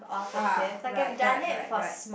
ah right right right right